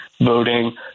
voting